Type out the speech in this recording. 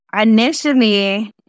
initially